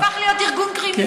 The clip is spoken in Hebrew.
הוא הפך להיות ארגון קרימינלי.